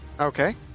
Okay